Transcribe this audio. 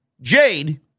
Jade